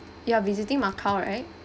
you are visiting macau right